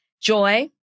Joy